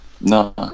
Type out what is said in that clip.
No